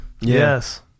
Yes